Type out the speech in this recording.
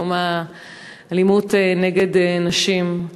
יום המאבק באלימות נגד נשים,